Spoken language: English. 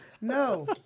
No